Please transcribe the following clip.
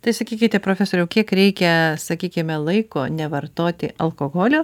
tai sakykite profesoriau kiek reikia sakykime laiko nevartoti alkoholio